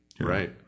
Right